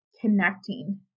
connecting